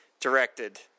directed